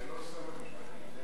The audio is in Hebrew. זה לא שר המשפטים.